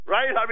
Right